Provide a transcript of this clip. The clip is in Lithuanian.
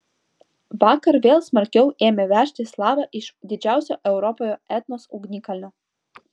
vakar vėl smarkiau ėmė veržtis lava iš didžiausio europoje etnos ugnikalnio